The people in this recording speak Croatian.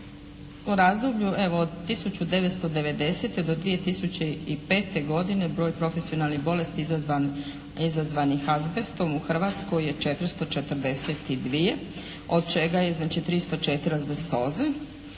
U razdoblju evo od 1990. do 2005. godine broj profesionalnih bolesti izazvan, izazvanih azbestom u Hrvatskoj je 442 od čega je znači 304 azbestoze